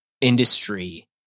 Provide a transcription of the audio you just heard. industry